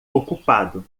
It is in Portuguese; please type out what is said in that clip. ocupado